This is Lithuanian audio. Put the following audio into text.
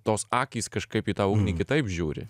tos akys kažkaip į tą ugnį kitaip žiūri